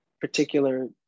particular